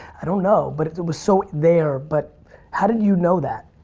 i don't know but it was so there but how did you know that?